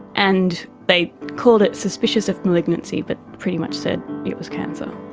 and they called it suspicious of malignancy but pretty much said it was cancer.